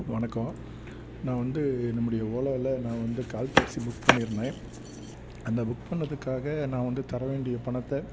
வணக்கம் நான் வந்து நம்முடைய ஓலாவில் நான் வந்து கால் டாக்ஸி புக் பண்ணியிருந்தேன் அந்த புக் பண்ணதுக்காக நான் வந்து தர வேண்டிய பணத்தை